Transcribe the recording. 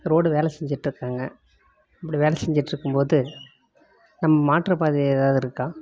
road வேலை செஞ்சுட்ருக்காங்க அப்படி வேலை செஞ்சுட்ருக்கும்போது நம் மாற்றுப்பாதை எதாவது இருக்கா